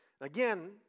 Again